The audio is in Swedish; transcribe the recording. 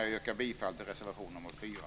Jag yrkar bifall till reservation nr 4.